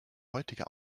heutige